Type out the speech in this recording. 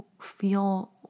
feel